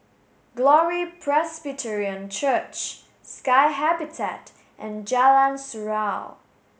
Glory Presbyterian Church Sky Habitat and Jalan Surau